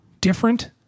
different